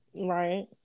right